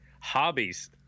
Hobbies